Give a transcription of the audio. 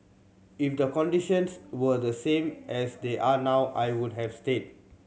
if the conditions were the same as they are now I would have stayed